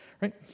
right